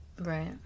Right